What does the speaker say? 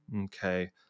Okay